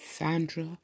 Sandra